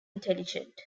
intelligent